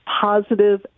positive